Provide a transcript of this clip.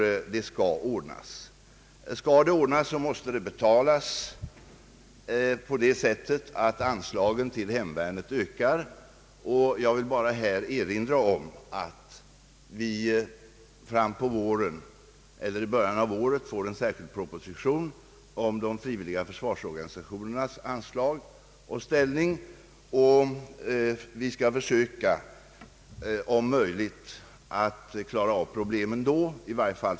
Skall sådant olycksfallsskydd ordnas måste det betalas på det sättet att anslagen till hemvärnet ökar. Jag vill här endast erinra om att i början av nästa år kommer att framläggas en särskild proposition om de frivilliga försvarsorganisationernas anslag och ställning. Vi skall försöka att om möjligt klara av problemen då.